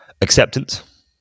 Acceptance